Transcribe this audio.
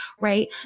right